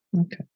Okay